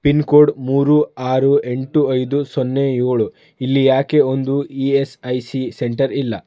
pin code ಮೂರು ಆರು ಎಂಟು ಐದು ಸೊನ್ನೆ ಏಳು ಇಲ್ಲಿ ಯಾಕೆ ಒಂದೂ E S I C centre ಇಲ್ಲ